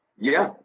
yeah,